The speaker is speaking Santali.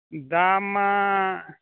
ᱫᱟᱢ ᱢᱟ